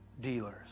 dealers